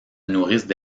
nourrissent